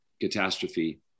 catastrophe